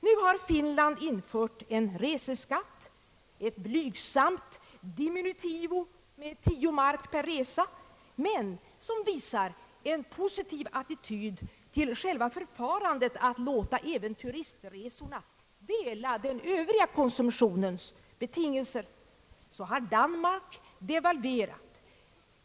Nu har Finland infört en reseskatt, ett blygsamt diminitivum med 10 mark per resa, men det visar en positiv attityd till själva förfarandet att låta även turistresorna dela den övriga konsumtionens betingelser. Så har Danmark devalverat.